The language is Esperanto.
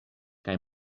kaj